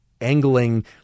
angling